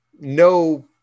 no